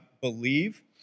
believe